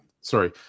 Sorry